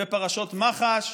ופרשות מח"ש,